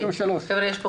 יש עוד